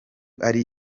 ari